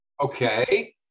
Okay